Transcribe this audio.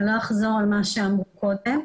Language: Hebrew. ולא אחזור על מה שאמרו קודם.